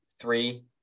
three